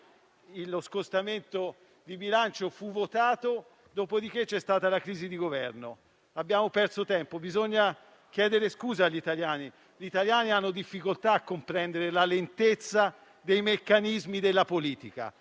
lo scostamento di bilancio. Dopo c'è stata la crisi di Governo. Abbiamo perso tempo e bisogna chiedere scusa agli italiani. Gli italiani hanno difficoltà a comprendere la lentezza dei meccanismi della politica: